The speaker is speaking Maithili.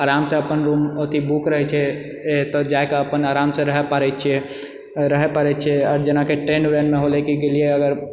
आरामसँ अपन रूम अथी बुक रहैत छै तऽ जाएके अपन आरामसँ रहऽ पाड़ै छिऐ रहऽ पाड़ै छिऐ आओर जेनाकि ट्रेन उरेनमे होलै कि गेलिऐ अगर